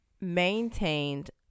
maintained